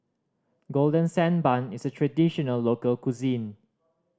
Golden Sand Bun is a traditional local cuisine